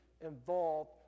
involved